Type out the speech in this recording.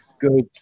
good